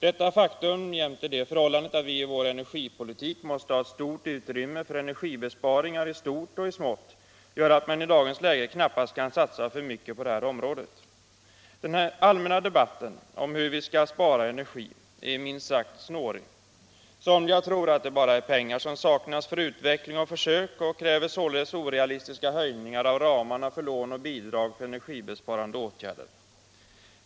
Detta faktum jämte det förhållandet att vi i vår energipolitik måste ha betydande utrymme för energibesparingar i stort och i smått gör att man i dagens läge knappast kan satsa för mycket på det här området. Den allmänna debatten om hur vi skall spara energi är minst sagt snårig. Somliga tror att det bara är pengar för utveckling och försök som saknas och kräver således orealistiska höjningar av ramarna för lån och bidrag för energibesparande åtgärder.